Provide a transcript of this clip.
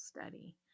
study